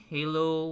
Halo